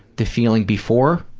the feeling before